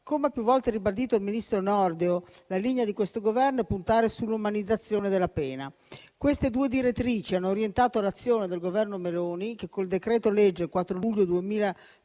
Come ha più volte ribadito il ministro Nordio la linea di questo Governo è puntare sull'umanizzazione della pena. Queste due direttrici hanno orientato l'azione del Governo Meloni, che con il decreto-legge 4 luglio 2024,